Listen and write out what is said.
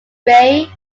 ray